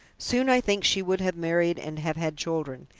soon i think she would have married and have had children,